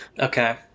Okay